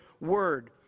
word